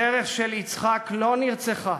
הדרך של יצחק לא נרצחה,